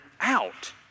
out